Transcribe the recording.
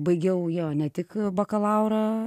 baigiau jo ne tik bakalaurą